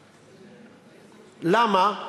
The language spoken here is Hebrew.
למה?